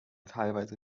teilweise